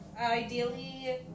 Ideally